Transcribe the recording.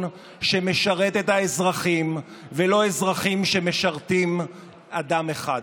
שמשרת את האזרחים ולא אזרחים שמשרתים אדם אחד.